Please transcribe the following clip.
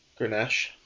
Grenache